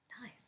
Nice